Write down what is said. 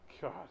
god